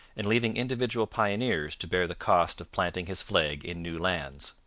and leaving individual pioneers to bear the cost of planting his flag in new lands.